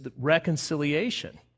reconciliation